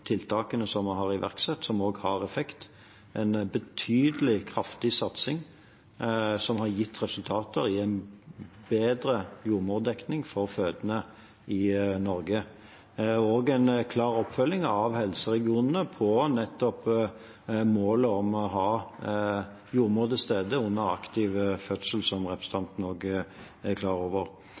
tiltakene vi har iverksatt, som også har effekt – en betydelig, kraftig satsing som har gitt resultater, med en bedre jordmordekning for fødende i Norge og også en klar oppfølging av helseregionene på nettopp målet om å ha jordmor til stede under aktiv fødsel, som representanten også er klar over.